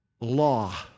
law